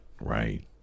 right